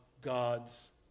God's